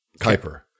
Kuiper